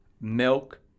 milk